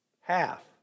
Half